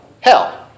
hell